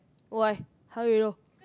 why how do you know